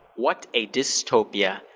what a dystopia.